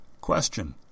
Question